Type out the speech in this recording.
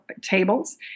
tables